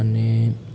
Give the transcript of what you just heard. અને